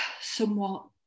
somewhat